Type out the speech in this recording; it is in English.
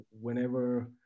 whenever